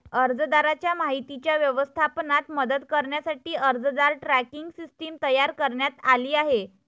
अर्जदाराच्या माहितीच्या व्यवस्थापनात मदत करण्यासाठी अर्जदार ट्रॅकिंग सिस्टीम तयार करण्यात आली आहे